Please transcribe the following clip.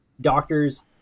doctors